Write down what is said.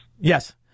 Yes